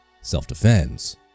self-defense